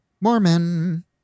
Mormon